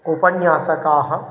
उपन्यासकाः